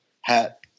hat